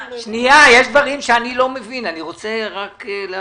יש דברים שאני לא מבין, אני רוצה להבין.